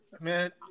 Man